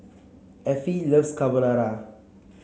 Affie loves Carbonara